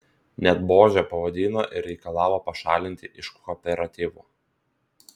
net buože pavadino ir reikalavo pašalinti iš kooperatyvo